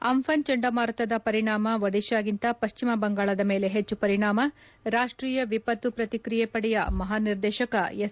Amphan ಚಂಡಮಾರುತದ ಪರಿಣಾಮ ಒಡಿಶಾಗಿಂತ ಪಶ್ಚಿಮ ಬಂಗಾಳದ ಮೇಲೆ ಹೆಚ್ಚು ಪರಿಣಾಮ ರಾಷ್ಷೀಯ ವಿಪತ್ತು ಪ್ರತಿಕ್ರಿಯ ಪಡೆಯ ಮಹಾನಿರ್ದೇಶಕ ಎಸ್